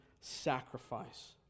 sacrifice